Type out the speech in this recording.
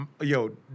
yo